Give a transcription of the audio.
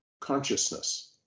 consciousness